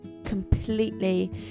completely